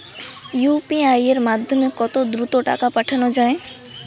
UPI এর মাধ্যমে কত দ্রুত টাকা পাঠানো যায়?